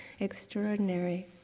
extraordinary